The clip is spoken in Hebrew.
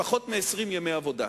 פחות מ-20 ימי עבודה.